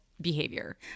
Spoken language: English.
behavior